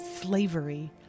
slavery